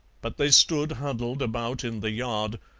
but they stood huddled about in the yard,